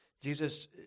Jesus